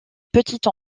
petites